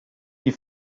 die